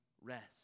rest